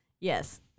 yes